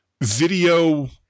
video